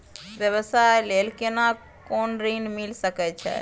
व्यवसाय ले केना कोन ऋन मिल सके छै?